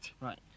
Right